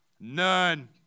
None